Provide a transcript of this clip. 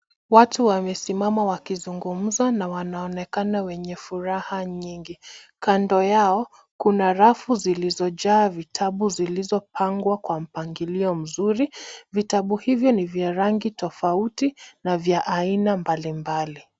Watu wamesimama wakizungumza na wanaonekana wenye furaha nyingi. Kando yao, kuna rafu zilizojaa vitabu zilizopangwa kwa mpangilio mzuri. Vitabu hivyo ni vya rangi tofauti, na vya aina mbali mbali.